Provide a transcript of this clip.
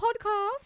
podcast